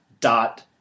dot